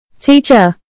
Teacher